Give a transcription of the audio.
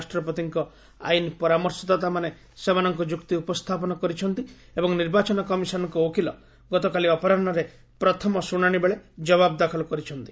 ରାଷ୍ଟ୍ରପତିଙ୍କ ଆଇନ୍ ପରାମର୍ଶଦାତାମାନେ ସେମାନଙ୍କ ଯୁକ୍ତି ଉପସ୍ଥାପନ କରିଛନ୍ତି ଏବଂ ନିର୍ବାଚନ କମିଶନ୍ଙ୍କ ଓକିଲ ଗତକାଲି ଅପରାହ୍କରେ ପ୍ରଥମ ଶୁଣାଣି ବେଳେ ଜବାବ ଦାଖଲ କରିଛନ୍ତି